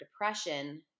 depression